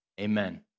Amen